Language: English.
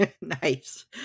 nice